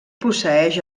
posseïx